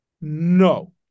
no